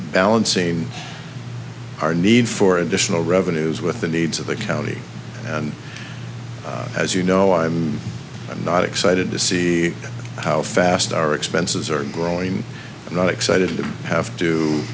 balancing our need for additional revenues with the needs of the county and as you know i'm not excited to see how fast our expenses are growing not excited to have to